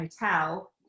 hotel